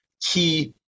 key